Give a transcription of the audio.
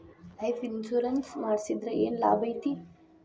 Life insurance ಮಾಡ್ಸಿದ್ರ ಏನ್ ಲಾಭೈತಿ?